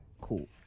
cool